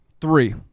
Three